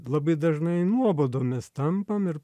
labai dažnai nuobodomis tampam ir